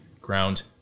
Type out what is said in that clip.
ground